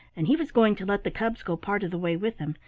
and he was going to let the cubs go part of the way with him,